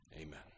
Amen